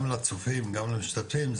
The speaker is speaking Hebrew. גם לצופים וגם למשתתפים,